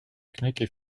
techniques